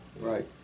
Right